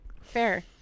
Fair